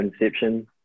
Inception